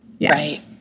Right